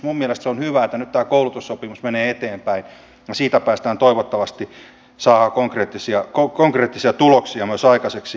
minun mielestäni on hyvä että nyt tämä koulutussopimus menee eteenpäin ja siitä toivottavasti saadaan konkreettisia tuloksia myös aikaiseksi